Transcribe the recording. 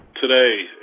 today